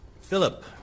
Philip